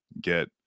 get